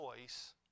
choice